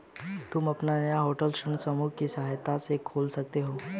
तुम अपना नया होटल ऋण समूहन की सहायता से खोल सकते हो